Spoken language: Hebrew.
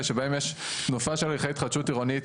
שבהם יש תנופה של הליכי התחדשות עירונית,